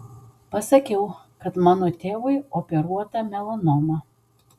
pasakiau kad mano tėvui operuota melanoma